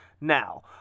Now